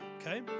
Okay